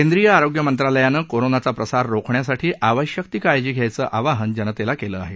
केंद्रीय आरोग्य मंत्रालयानं कोरोनाचा प्रसार रोखण्यासाठी आवश्यक ती काळजी घेण्याचं आवाहन जनतेला केलं आहे